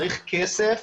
צריך כסף,